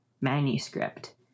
manuscript